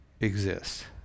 exist